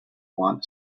want